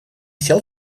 сел